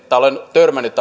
törmännyt